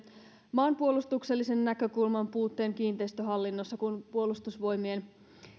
maanpuolustuksellisen näkökulman puutteen kiinteistöhallinnossa kun puolustusvoimien